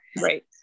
right